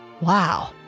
Wow